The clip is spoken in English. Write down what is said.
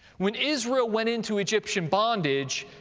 when israel went into egyptian bondage,